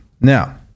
Now